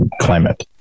climate